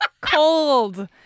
Cold